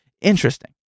Interesting